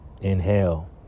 Inhale